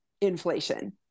inflation